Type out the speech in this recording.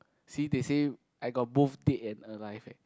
see they say I got both dead and alive eh